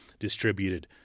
Distributed